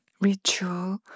ritual